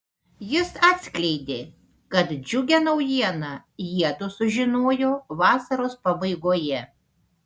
jis atskleidė kad džiugią naujieną jiedu sužinojo vasaros pabaigoje